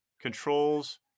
Controls